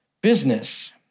business